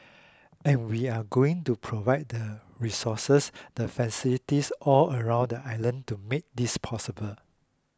and we are going to provide the resources the facilities all around the island to make this possible